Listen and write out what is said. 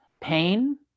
pain